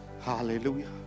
Hallelujah